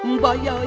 boy